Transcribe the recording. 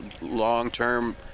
long-term